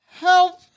help